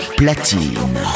platine